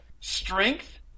Strength